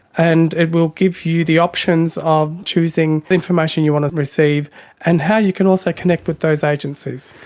and it will give you the options of choosing information you want to receive and how you can also connect with those agencies.